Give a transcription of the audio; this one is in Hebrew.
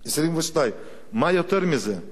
22. מה יותר מזה?